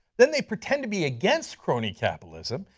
then they pretend to be against crony capitalism.